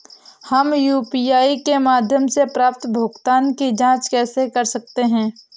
हम यू.पी.आई के माध्यम से प्राप्त भुगतान की जॉंच कैसे कर सकते हैं?